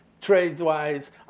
trade-wise